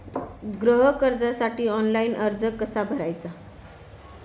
गृह कर्जासाठी ऑनलाइन अर्ज कसा भरायचा?